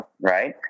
right